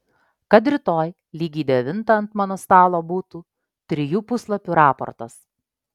kad rytoj lygiai devintą ant mano stalo būtų trijų puslapių raportas